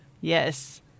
Yes